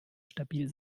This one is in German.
stabil